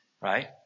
Right